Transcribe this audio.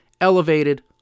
elevated